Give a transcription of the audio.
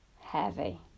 heavy